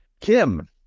Kim